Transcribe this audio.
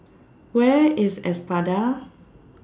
Where IS Espada